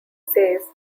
says